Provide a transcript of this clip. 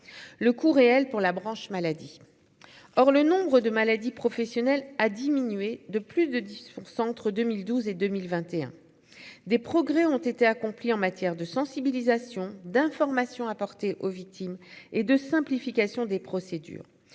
le coût réel pour la branche maladie, or le nombre de maladies professionnelles a diminué de plus de 10 % entre 2012 et 2021, des progrès ont été accomplis en matière de sensibilisation, d'information apportée aux victimes et de simplification des procédures